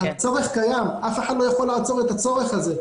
הצורך קיים ואף אחד לא יכול לעצור את הצורך הזה.